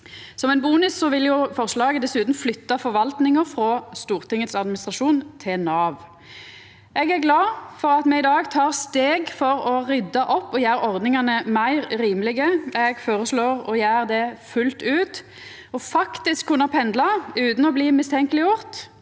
Som ein bonus vil forslaget dessutan flytta forvaltinga frå Stortingets administrasjon til Nav. Eg er glad for at me i dag tek steg for å rydda opp og gjera ordningane meir rimelege. Eg føreslår å gjera det fullt ut. Faktisk å kunna pendla utan å bli mistenkeleggjort